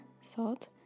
salt